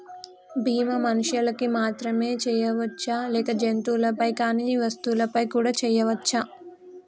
బీమా మనుషులకు మాత్రమే చెయ్యవచ్చా లేక జంతువులపై కానీ వస్తువులపై కూడా చేయ వచ్చా?